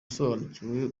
usobanukiwe